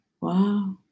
wow